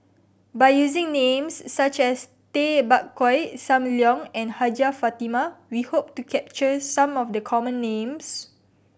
by using names such as Tay Bak Koi Sam Leong and Hajjah Fatimah we hope to capture some of the common names